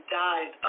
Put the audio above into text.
died